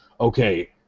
okay